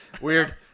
weird